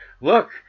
look